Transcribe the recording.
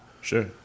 Sure